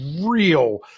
real